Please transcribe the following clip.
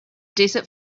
desert